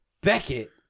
Beckett